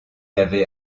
avait